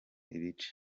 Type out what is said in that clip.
ibice